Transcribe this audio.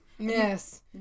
Yes